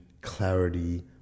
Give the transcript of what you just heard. clarity